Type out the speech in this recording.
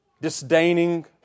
disdaining